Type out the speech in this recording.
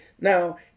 Now